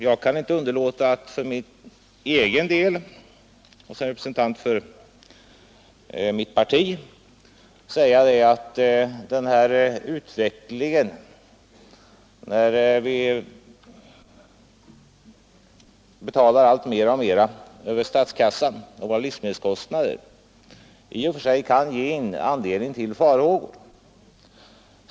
Jag kan inte underlåta att för min egen del och som representant för mitt parti säga att den här utvecklingen, där vi betalar mer och mer över statskassan av våra livsmedelskostnader, i och för sig kan ge anledning till farhågor.